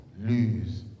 lose